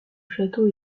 château